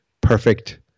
perfect